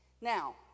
now